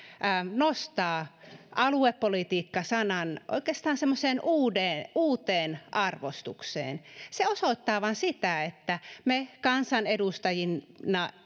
nostaa aluepolitiikka sanan oikeastaan semmoiseen uuteen arvostukseen se osoittaa vain sitä että me kansanedustajina